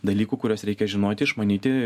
dalykų kuriuos reikia žinoti išmanyti